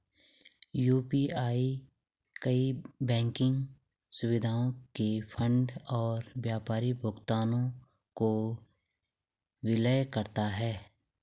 UPI कई banking सुविधाओं के फंड और व्यापारी भुगतानों को विलय करता है